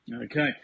Okay